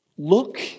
Look